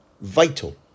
vital